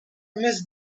miss